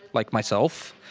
like myself.